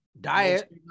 diet